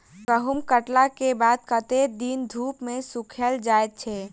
गहूम कटला केँ बाद कत्ते दिन धूप मे सूखैल जाय छै?